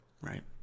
Right